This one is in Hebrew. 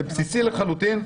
זה בסיסי לחלוטין.